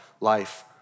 life